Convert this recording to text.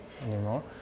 anymore